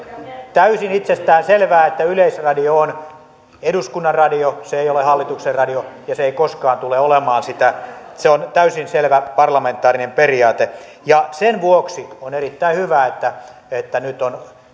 täysin itsestään selvää että yleisradio on eduskunnan radio se ei ole hallituksen radio ja se ei koskaan tule olemaan sitä se on täysin selvä parlamentaarinen periaate ja sen vuoksi on erittäin hyvä että että nyt on